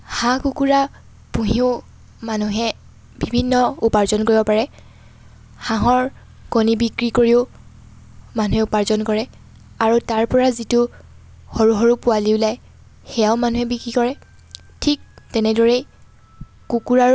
হাঁহ কুকুৰা পুঁহিও মানুহে বিভিন্ন উপাৰ্জন কৰিব পাৰে হাঁহৰ কণী বিক্ৰী কৰিও মানুহে উপাৰ্জন কৰে আৰু তাৰপৰা যিটো সৰু সৰু পোৱালী ওলায় সেয়াও মানুহে বিক্ৰী কৰে ঠিক তেনেদৰেই কুকুৰাৰো